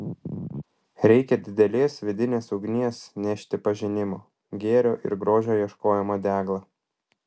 reikia didelės vidinės ugnies nešti pažinimo gėrio ir grožio ieškojimo deglą